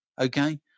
okay